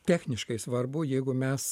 techniškai svarbu jeigu mes